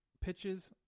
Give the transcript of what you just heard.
pitches